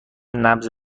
نبض